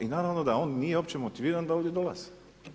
I naravno da on nije uopće motiviran da ovdje dolazi.